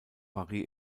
paris